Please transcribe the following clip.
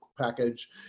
package